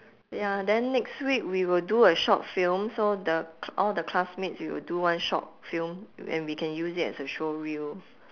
ya then next week we will do a short film so the c~ all the classmates we will do one short film then we can use it as a showreel